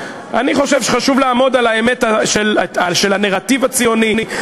אני חושב שחשוב לעמוד על האמת של הנרטיב הציוני,